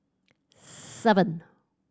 seven